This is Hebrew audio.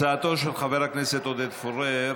הצעתו של חבר הכנסת עודד פורר